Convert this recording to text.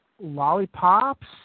lollipops